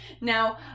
Now